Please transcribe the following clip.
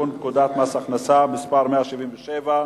לתיקון פקודת מס הכנסה (מס' 177),